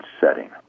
setting